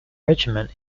regiment